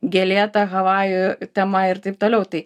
gėlėta havajų tema ir taip toliau tai